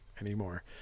anymore